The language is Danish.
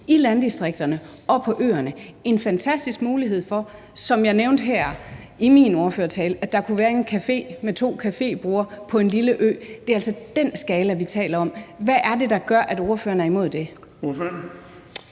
i landdistrikterne og på øerne en fantastisk mulighed for, som jeg har nævnt her i min ordførertale, at der kunne være en café med to caféborde på en lille ø. Det er altså den skala, vi taler om. Hvad er det, der gør, at ordføreren er imod det? Kl.